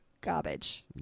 Garbage